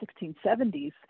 1670s